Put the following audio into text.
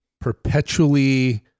perpetually